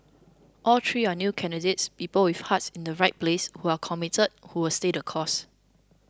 all three are new candidates people with hearts in the right place who are committed who will stay the course